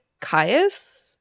Caius